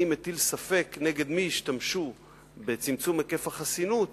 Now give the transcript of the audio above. אני מטיל ספק נגד מי ישתמשו בצמצום היקף החסינות